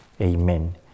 Amen